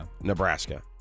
Nebraska